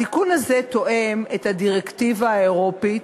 התיקון הזה תואם את הדירקטיבה האירופית,